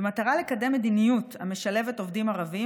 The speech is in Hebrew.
במטרה לקדם מדיניות המשלבת עובדים ערבים,